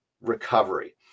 recovery